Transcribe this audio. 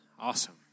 awesome